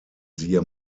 siehe